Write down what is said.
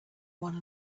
one